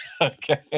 Okay